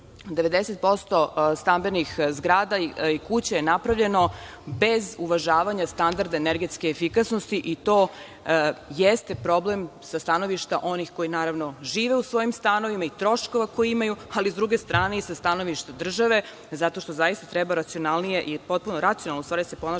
90% stambenih zgrada i kuća je napravljeno bez uvažavanja standarda energetske efikasnosti i to jeste problem sa stanovišta onih koji naravno žive u svojim stanovima i troškova koje imaju, ali sa druge strane i sa stanovišta države, jer treba racionalnije da se ponašamo